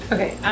Okay